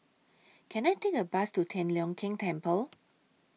Can I Take A Bus to Tian Leong Keng Temple